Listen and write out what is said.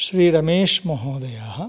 श्री रमेश् महोदय